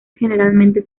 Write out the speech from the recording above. generalmente